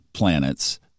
planets